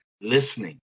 listening